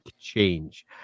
change